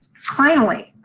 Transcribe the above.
finally,